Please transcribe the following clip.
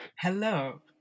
Hello